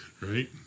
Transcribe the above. right